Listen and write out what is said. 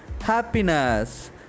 happiness